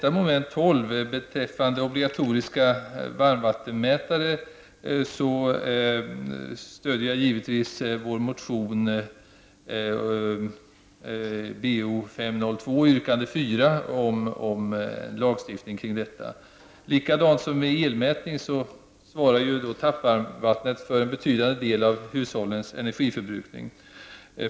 I mom. 12, beträffande obligatoriska varmvattenmätare stöder jag givetvis vår motion Tappvarmvattnet svarar ju för en betydande del av hushållens energiförbrukning.